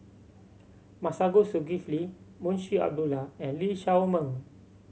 Masagos Zulkifli Munshi Abdullah and Lee Shao Meng